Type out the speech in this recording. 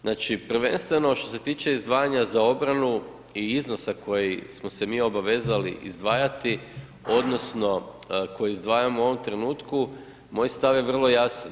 Znači prvenstveno što se tiče izdvajanja za obranu i iznosa koji smo se mi obavezali izdvajati odnosno koje izdvajamo u ovome trenutku, moj stav je vrlo jasan.